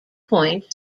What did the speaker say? point